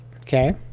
Okay